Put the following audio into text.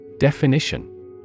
Definition